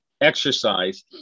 exercise